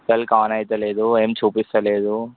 అసలుకి ఆన్ అవ్వడంలేదు ఏం చూపించడంలేదు